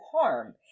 harm